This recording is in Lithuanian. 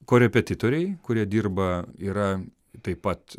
korepetitoriai kurie dirba yra taip pat